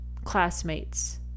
classmates